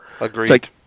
Agreed